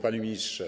Panie Ministrze!